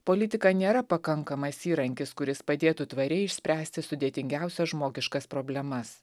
politika nėra pakankamas įrankis kuris padėtų tvariai išspręsti sudėtingiausias žmogiškas problemas